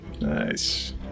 Nice